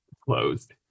closed